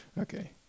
okay